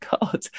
god